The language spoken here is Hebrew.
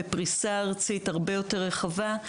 בפריסה ארצית הרבה יותר רחבה,